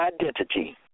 identity